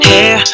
Hair